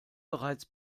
bereits